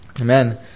Amen